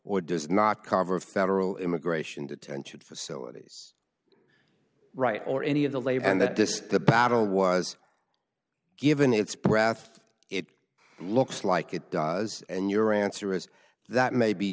or does not cover federal immigration detention facilities right or any of the labor and that this the battle was given its breath it looks like it does and your answer is that may be